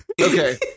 okay